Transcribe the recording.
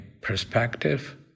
perspective